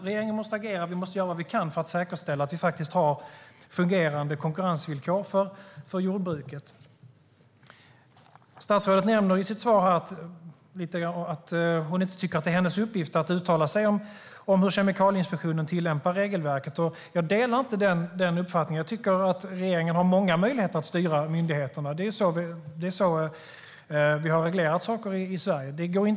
Regeringen måste agera, och vi måste göra vad vi kan för att säkerställa att vi har fungerande konkurrensvillkor för jordbruket. Statsrådet nämner i sitt svar att hon inte tycker att det är hennes uppgift att uttala sig om hur Kemikalieinspektionen tillämpar regelverket. Jag delar inte den uppfattningen. Jag tycker att regeringen har många möjligheter att styra myndigheterna. Det är så vi har reglerat saker i Sverige.